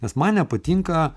nes man nepatinka